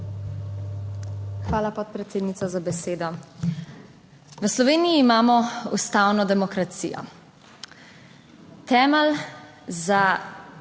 Hvala, podpredsednica, za besedo. V Sloveniji imamo ustavno demokracijo. Temelj za